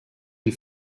die